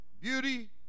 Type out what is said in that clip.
beauty